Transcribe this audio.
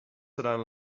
seran